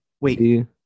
Wait